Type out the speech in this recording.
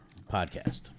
podcast